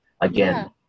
again